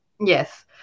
Yes